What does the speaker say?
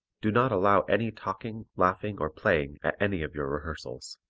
do not allow any talking, laughing or playing at any of your rehearsals